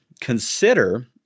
consider